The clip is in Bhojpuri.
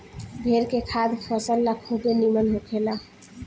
भेड़ के खाद फसल ला खुबे निमन होखेला